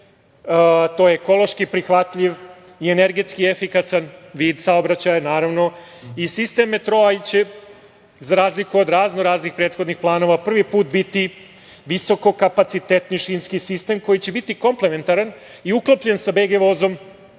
sistem, ekološki prihvatljiv i energetski efikasan vid saobraćaja, sistem metroa će, za razliku od razno-raznih prethodnih planova, prvi put biti visokokapacitetni šinski sistem koji će biti komplementaran i uklopljen sa BG vozom